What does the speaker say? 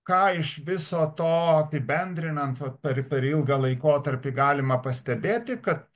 ką iš viso to apibendrinant vat per per ilgą laikotarpį galima pastebėti kad